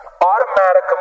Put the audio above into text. automatic